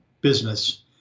business